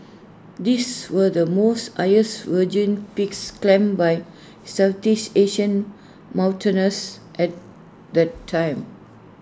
these were the most highest virgin peaks climbed by Southeast Asian mountaineers at the time